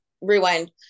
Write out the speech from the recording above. rewind